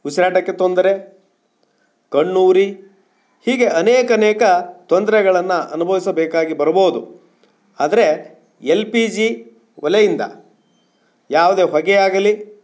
ಉಸಿರಾಟಕ್ಕೆ ತೊಂದರೆ ಕಣ್ಣು ಉರಿ ಹೀಗೆ ಅನೇಕ ಅನೇಕ ತೊಂದ್ರೆಗಳನ್ನು ಅನುಭವಿಸಬೇಕಾಗಿ ಬರ್ಬೋದು ಆದರೆ ಎಲ್ ಪಿ ಜಿ ಒಲೆಯಿಂದ ಯಾವ್ದೇ ಹೊಗೆ ಆಗಲಿ